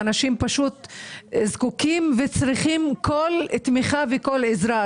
אנשים זקוקים לכל תמיכה ועזרה.